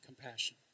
Compassion